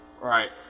Right